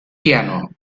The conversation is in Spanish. piano